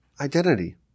identity